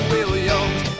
Williams